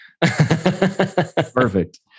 Perfect